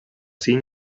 sin